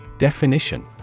Definition